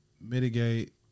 mitigate